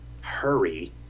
hurry